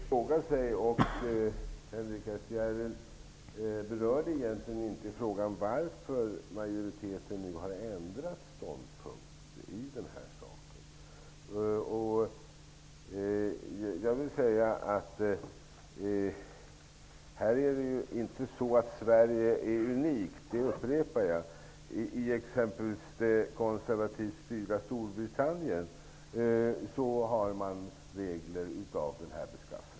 Herr talman! Henrik S Järrel berörde egentligen inte frågan om varför majoriteten nu har ändrat ståndpunkt i den här saken. Jag vill säga att Sverige inte är unikt här. Det upprepar jag. I exempelvis det konservativt styrda Storbritannien har man regler av den här beskaffenheten.